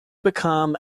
become